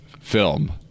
film